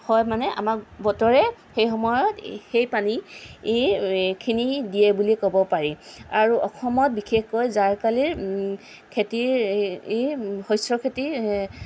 হয় মানে আমাক বতৰে সেই সময়ত সেই পানী এইখিনি দিয়ে বুলি ক'ব পাৰি আৰু অসমত বিশেষকৈ জাৰকালিৰ খেতিৰ